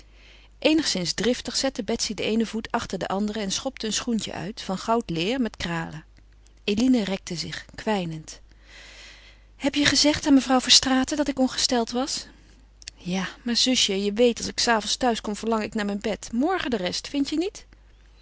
eenigszins driftig zette betsy den eenen voet achter den anderen en schopte een schoentje uit van goudleêr met kralen eline rekte zich kwijnend heb je gezegd aan mevrouw verstraeten dat ik ongesteld was ja maar zusje je weet als ik s avonds thuis kom verlang ik naar mijn bed morgen de rest vindt je niet